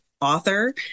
author